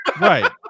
right